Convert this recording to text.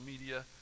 media